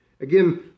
Again